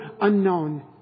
unknown